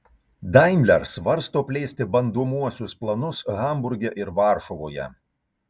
daimler svarsto plėsti bandomuosius planus hamburge ir varšuvoje